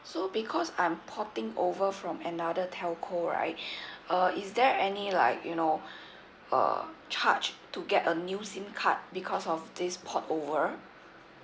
so because I'm porting over from another telco right uh is there any like you know uh charge to get a new sim card because of this port over